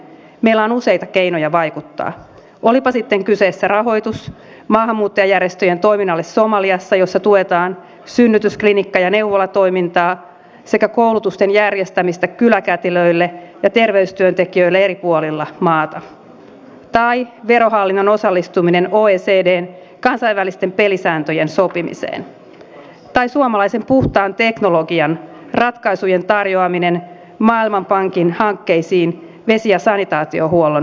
meillä on useita keinoja vaikuttaa olipa sitten kyseessä rahoitus maahanmuuttajajärjestöjen toiminnalle somaliassa missä tuetaan synnytysklinikka ja neuvolatoimintaa sekä koulutusten järjestämistä kyläkätilöille ja terveystyöntekijöille eri puolilla maata tai verohallinnon osallistuminen oecdn kansainvälisten pelisääntöjen sopimiseen tai suomalaisten puhtaan teknologian ratkaisujen tarjoaminen maailmanpankin hankkeisiin vesi ja sanitaatiohuollon parantamiseksi